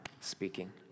speaking